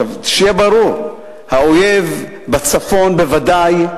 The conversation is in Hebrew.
שיהיה ברור, האויב, בצפון בוודאי,